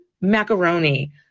macaroni